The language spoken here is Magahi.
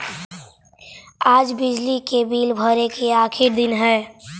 आज बिजली के बिल भरे के आखिरी दिन हई